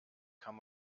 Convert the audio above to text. kann